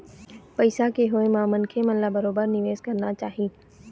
पइसा के होय म मनखे मन ल बरोबर निवेश करना चाही